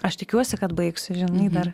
aš tikiuosi kad baigsi žinai dar